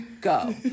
go